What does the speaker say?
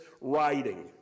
writing